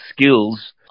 skills